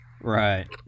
Right